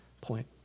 point